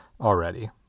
already